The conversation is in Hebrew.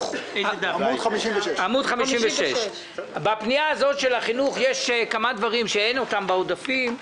בעמוד 56. בפנייה הזאת יש כמה דברים שאין אותם בעודפים.